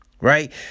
Right